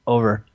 Over